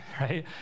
right